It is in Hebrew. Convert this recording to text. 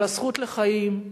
על הזכות לחיים,